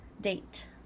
date